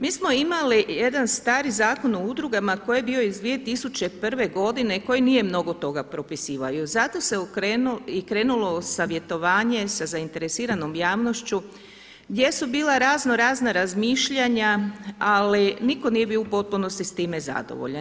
Mi smo imali jedan stari Zakon o udrugama koji je bio iz 2001. godine koji nije mnogo toga propisivao i zato se krenulo u savjetovanje sa zainteresiranom javnošću gdje su bila raznorazna razmišljanja, ali niko nije bio u potpunosti s time zadovoljan.